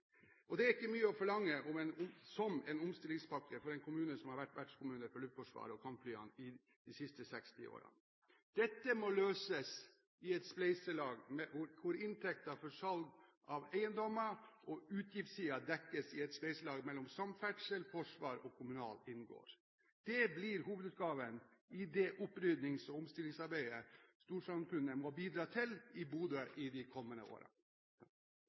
Bodø-samfunnet. Det er ikke mye å forlange som en omstillingspakke for en kommune som har vært vertskommune for Luftforsvaret og kampflyene de siste 60 årene. Dette må løses i et spleiselag. Inntekter fra salg av eiendommer og utgifter dekkes i et spleiselag der samferdsel, forsvar og kommune inngår. Det blir hovedoppgaven i det oppryddings- og omstillingsarbeidet storsamfunnet må bidra til i Bodø de kommende